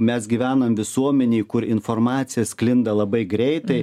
mes gyvenam visuomenėj kur informacija sklinda labai greitai